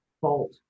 fault